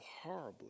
horribly